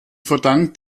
verdankt